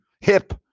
hip